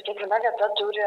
kiekviena vieta turi